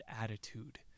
attitude